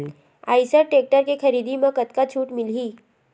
Eicher tractor के खरीदी म कतका छूट मिलही?